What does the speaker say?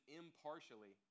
impartially